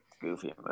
goofy